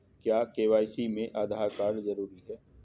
क्या के.वाई.सी में आधार कार्ड जरूरी है?